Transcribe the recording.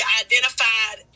identified